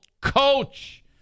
coach